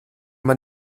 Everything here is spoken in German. man